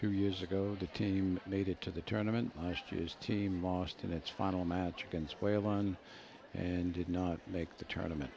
two years ago the team made it to the tournament last year's team lost in its final match against waylon and did not make the tournament